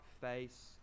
face